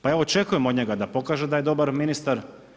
Pa ja očekujem od njega da pokaže da je dobar ministar.